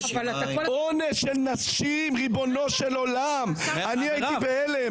אונס של נשים, ריבונו של עולם, אני הייתם בהלם.